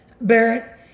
Barrett